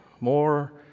more